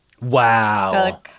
wow